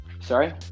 Sorry